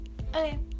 okay